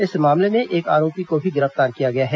इस मामले में एक आरोपी को भी गिरफ्तार किया गया है